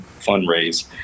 fundraise